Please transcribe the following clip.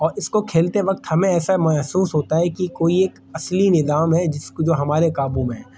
اور اس کو کھیلتے وقت ہمیں ایسا محسوس ہوتا ہے کہ کوئی ایک اصلی نظام ہے جس جو ہمارے قابو میں ہے